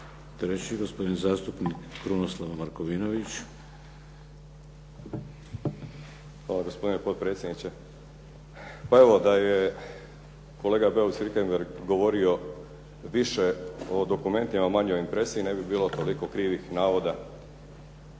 Treći gospodin zastupnik Krunoslav Markovinović. **Markovinović, Krunoslav (HDZ)** Hvala gospodine potpredsjedniče. Pa evo da je kolega Beus Richembergh govorio više o dokumentima, a manje o impresiji ne bi bilo toliko krivih navoda.